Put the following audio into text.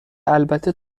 البته